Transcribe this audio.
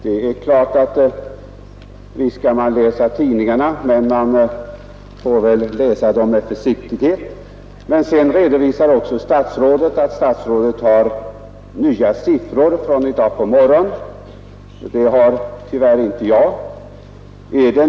Det är klart att man skall läsa tidningarna men man får väl läsa dem med försiktighet. Sedan redovisar statsrådet att han har nya siffror för i dag. Det har tyvärr inte jag.